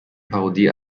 parodie